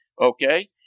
Okay